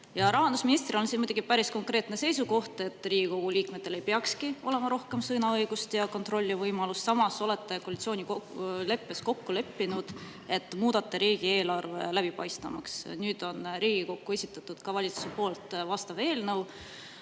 rahandusministril on siin muidugi päris konkreetne seisukoht, et Riigikogu liikmetel ei peakski olema rohkem sõnaõigust ja kontrollivõimalust. Samas olete koalitsioonileppes kokku leppinud, et muudate riigieelarve läbipaistvamaks. Nüüd on Riigikokku esitatud ka valitsuse poolt vastav eelnõu.